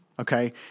Okay